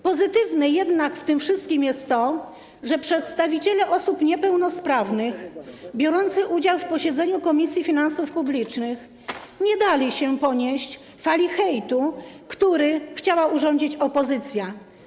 Pozytywne jednak w tym wszystkim jest to, że przedstawiciele osób niepełnosprawnych biorący udział w posiedzeniu Komisji Finansów Publicznych nie dali się ponieść fali hejtu, który chciała urządzić opozycja.